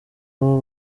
abo